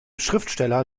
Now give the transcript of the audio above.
schriftsteller